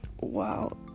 wow